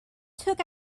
took